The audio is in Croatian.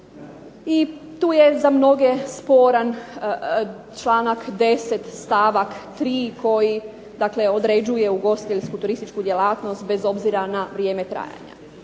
I tu je za mnoge sporan članak 10. stavak 3. koji dakle uređuje ugostiteljsku-turističku djelatnost bez obzira na vrijeme trajanja.